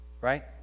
right